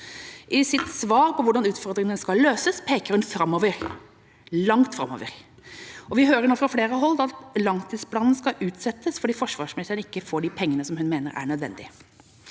I sitt svar på hvordan utfordringene skal løses, peker hun framover – langt framover. Vi hører nå fra flere hold at langtidsplanen skal utsettes, fordi forsvarsministeren ikke får de pengene hun mener er nødvendig.